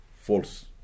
false